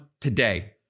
today